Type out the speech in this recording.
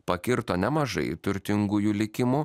pakirto nemažai turtingųjų likimų